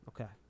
Okay